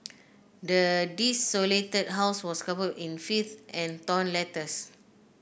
the desolated house was covered in filth and torn letters